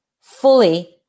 fully